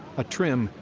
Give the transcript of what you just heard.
a trim,